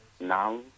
Now